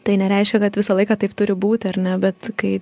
tai nereiškia kad visą laiką taip turi būti ar ne bet kai